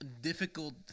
difficult